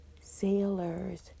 sailors